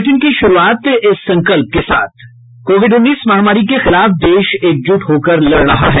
bulletin की श्रूआत इस संकल्प के साथ कोविड उन्नीस महामारी के खिलाफ देश एकजुट होकर लड़ रहा है